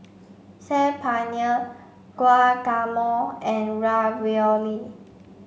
Saag Paneer Guacamole and Ravioli